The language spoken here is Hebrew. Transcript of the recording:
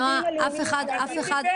נעה, אף אחד -- מי דיבר על זה?